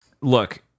look